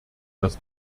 das